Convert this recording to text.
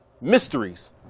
mysteries